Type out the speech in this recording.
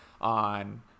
on